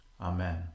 Amen